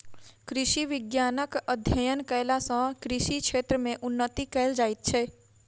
कृषि विज्ञानक अध्ययन कयला सॅ कृषि क्षेत्र मे उन्नति कयल जाइत छै